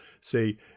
say